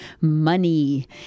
money